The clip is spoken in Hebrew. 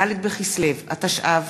ד' בכסלו התשע"ו,